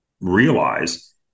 realize